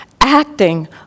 Acting